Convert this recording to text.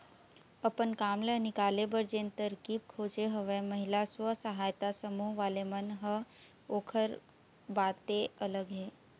अपन काम ल निकाले बर जेन तरकीब खोजे हवय महिला स्व सहायता समूह वाले मन ह ओखर बाते अलग हे